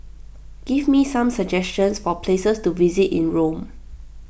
give me some suggestions for places to visit in Rome